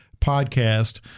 podcast